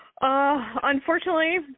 Unfortunately